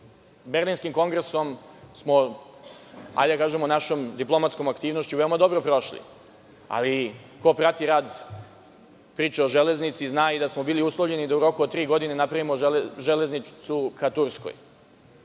države. Berlinskim kongresom smo, hajde da kažemo našom diplomatskom aktivnošću, veoma dobro prošli, ali ko prati priču o železnici zna da smo bili uslovljeni da u roku od tri godine napravimo železnicu ka Turskoj.